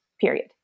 Period